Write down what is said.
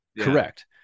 correct